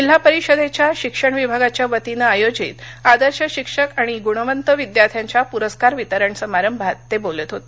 जिल्हा परिषदेच्या शिक्षण विभागाच्यावतीने आयोजित आदर्श शिक्षक व गुणवंत विद्यार्थ्यांच्या प्रस्कार वितरण समारंभात ते बोलत होते